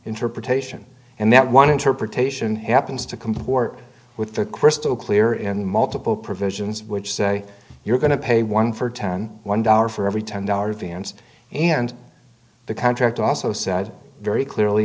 interpretation and that one interpretation happens to comport with the crystal clear in multiple provisions which say you're going to pay one for ten one dollar for every ten dollar vans and the contract also said very clearly